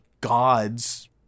gods